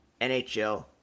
nhl